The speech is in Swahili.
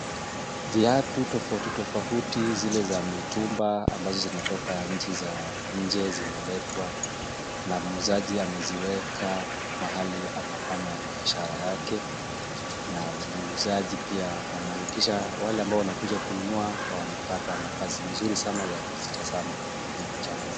Viatu tofauti tofauti zile za mitumba ambazo zimetoka nchi za nje zimeletwa na muuzaji ameziweka mahali anafanya biashara yake na muuzaji pia anahakikisha wale ambao wanakuja kununua wanapata nafasi mzuri sana ya kuvitazama na kuchagua.